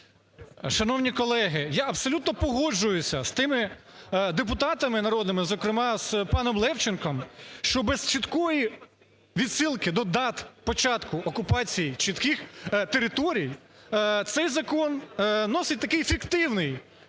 Шановні колеги, я абсолютно погоджуюся з тими депутатами народними, зокрема з паном Левченком, що без чіткої відсилки до дат початку окупації чітких територій цей закон носить такий фіктивний